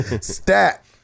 Stat